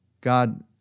God